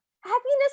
happiness